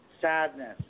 sadness